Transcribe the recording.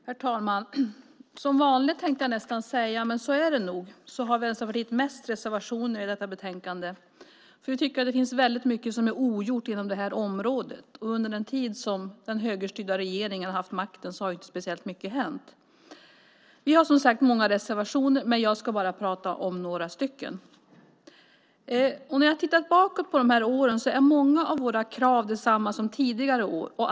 Herr talman! Som vanligt, tänkte jag nästan säga - och så är det nog - har Vänsterpartiet flest reservationer i detta betänkande. Vi tycker att det finns väldigt mycket som är ogjort inom detta område. Under den tid då den högerstyrda regeringen har haft makten har inte speciellt mycket hänt. Vi har som sagt många reservationer, men jag ska bara prata om några stycken. När jag har tittat bakåt på de här åren har jag sett att många av våra krav är desamma som under tidigare år.